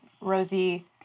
Rosie